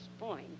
point